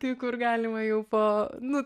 kai kur galima jau po nu